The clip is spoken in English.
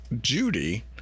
Judy